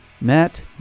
Matt